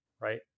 right